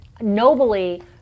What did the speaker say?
nobly